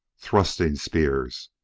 thrusting spears!